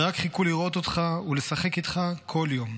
רק חיכו לראות אותך ולשחק איתך כל יום.